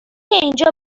اینجا